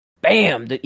bam